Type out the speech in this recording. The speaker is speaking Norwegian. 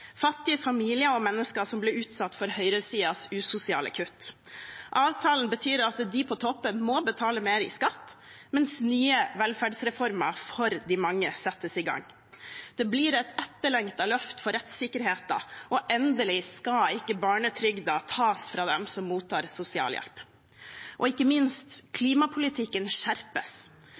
fattige familier og mennesker som ble utsatt for høyresidens usosiale kutt. Avtalen betyr at de på toppen må betale mer i skatt, mens nye velferdsreformer for de mange settes i gang. Det blir et etterlengtet løft for rettssikkerheten, og endelig skal ikke barnetrygden tas fra dem som mottar sosialhjelp. Og ikke minst: Klimapolitikken skjerpes.